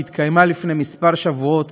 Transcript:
שהתקיימה לפני כמה שבועות